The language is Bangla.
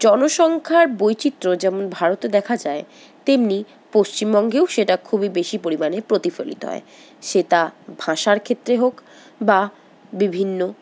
জনসংখ্যার বৈচিত্র্য যেমন ভারতে দেখা যায় তেমনি পশ্চিমবঙ্গেও সেটা খুবই বেশি পরিমাণে প্রতিফলিত হয় সে তা ভাষার ক্ষেত্রে হোক বা বিভিন্ন